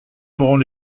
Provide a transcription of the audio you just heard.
ferons